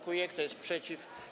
Kto jest przeciw?